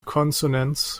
consonants